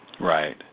Right